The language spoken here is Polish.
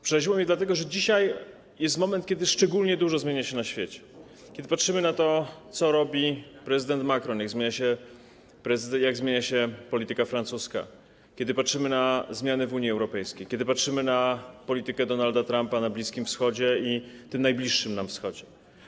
Przeraziło mnie dlatego, że dzisiaj jest moment, kiedy szczególnie dużo zmienia się na świecie - kiedy patrzymy na to, co robi prezydent Macron, jak zmienia się polityka francuska, kiedy patrzymy na zmiany w Unii Europejskiej, kiedy patrzymy na politykę Donalda Trumpa na Bliskim Wschodzie i tym najbliższym nam Wschodzie.